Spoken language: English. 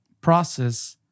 process